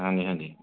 ਹਾਂਜੀ ਹਾਂਜੀ